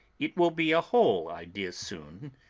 it will be a whole idea soon,